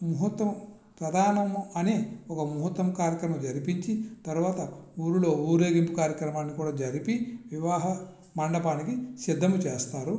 ముహూర్తం ప్రధానము అనే ఒక ముహూర్తం కార్యక్రమం జరిపించి తర్వాత ఊరిలో ఊరేగింపు కార్యక్రమాన్ని కూడా జరిపి వివాహ మండపానికి సిద్ధము చేస్తారు